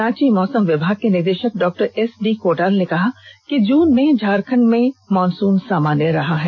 रांची मौसम विभाग के निदेशक डॉ एसडी कोटाल ने कहा कि जून में झारखंड में मॉनसून सामान्य रहा है